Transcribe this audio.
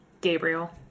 Gabriel